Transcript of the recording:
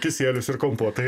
kisielius ir kompotai